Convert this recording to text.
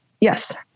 Yes